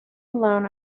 alone